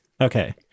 Okay